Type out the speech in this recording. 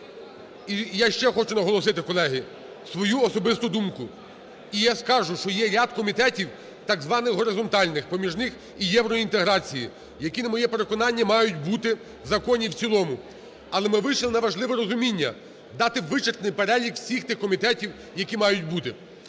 І я ще хочу наголосити, колеги, свою особисту думку, і я скажу, що є ряд комітеті так званих горизонтальних, поміж них і євроінтеграції, які, на моє переконання, мають бути в законі в цілому. Але ми вийшли на важливе розуміння дати вичерпний перелік всіх тих комітетів, які мають бути.